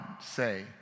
say